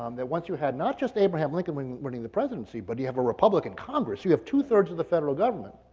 um that once you had not just abraham lincoln winning winning the presidency, but you have a republican congress, you have two three of the federal government